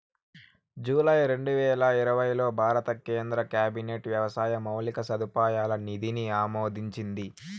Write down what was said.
July రెండువేల ఇరవైలో భారత కేంద్ర క్యాబినెట్ వ్యవసాయ మౌలిక సదుపాయాల నిధిని ఆమోదించింది